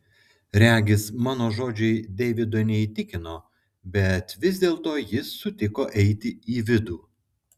regis mano žodžiai deivido neįtikino bet vis dėlto jis sutiko eiti į vidų